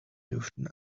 dürften